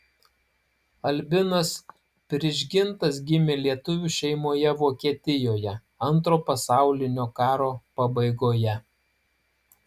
albinas prižgintas gimė lietuvių šeimoje vokietijoje antro pasaulinio karo pabaigoje